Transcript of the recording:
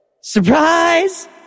Surprise